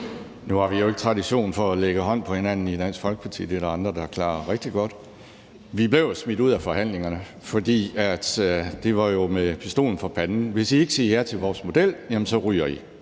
Nu har vi jo ikke tradition for at lægge hånd på hinanden i Dansk Folkeparti. Det er der andre der klarer rigtig godt. Vi blev smidt ud af forhandlingerne, for det var jo med pistolen for panden: Hvis I ikke siger ja til vores model, så ryger I